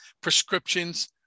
prescriptions